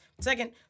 second